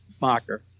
marker